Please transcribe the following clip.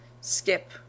Skip